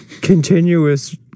Continuous